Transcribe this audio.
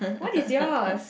what is yours